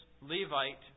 Levite